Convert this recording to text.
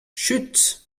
chut